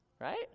Right